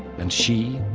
and she,